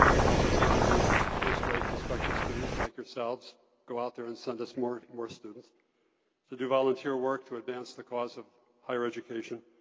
to help us interview first rate prospective students like yourselves go out there and send us more more students to do volunteer work to advance the cause of higher education,